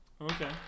Okay